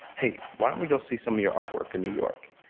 hey, why don't we go see some of your artwork in new york?